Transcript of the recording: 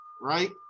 right